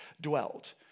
dwelt